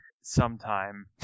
sometime